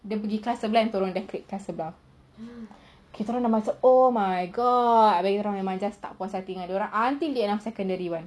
dia pergi kelas sebelah tolong decorate kan kelas sebelah kita orang dah macam oh my god abeh kita orang memang tak puas hati dengan dorang until dorang secondary one